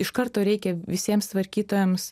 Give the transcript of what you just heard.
iš karto reikia visiems tvarkytojams